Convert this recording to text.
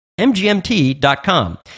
MGMT.com